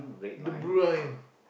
the blue line